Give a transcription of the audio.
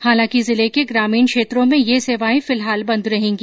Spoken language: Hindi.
हालांकि जिले के ग्रामीण क्षेत्रों में ये सेवायें फिलहाल बंद रहेगी